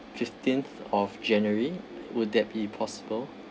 fifteenth of january will that be possible